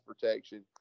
protection